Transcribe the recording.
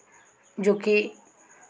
जो कि